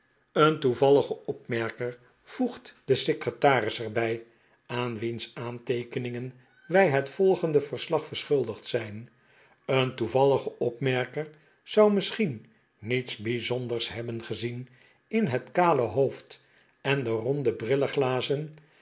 een toevallige opmerker voegt de ser cretaris er bij aan wiens aanteekeningen wij net volgende verslag verschuldigd izijh een toevallige opmerker zou missctoieri niets bijzonders hebben gezieh in het jcale hoofd en de ronde brilleglazen